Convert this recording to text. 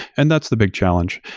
and that's the big challenge.